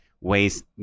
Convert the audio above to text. ways